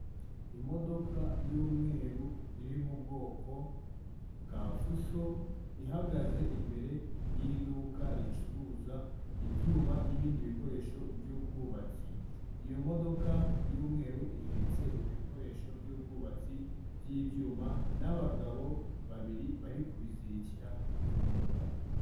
Imodoka y'umweru iri mu bwoko bwa fuso ihagaze imbere y'iduka ricuruza ibyuma n'ibindi bikoresho by'ubwubatsi. Iyo modoka y'umweru ihatse ibikoresho by'ubwubatsi by'ibyuma n'abagabo babiri bari kubizirikira kuri iyo modoka.